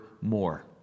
more